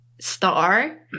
star